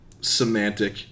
semantic